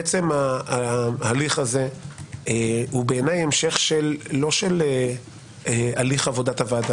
עצם ההליך הזה בעיניי הוא המשך לא של הליך עבודת הוועדה.